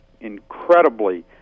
incredibly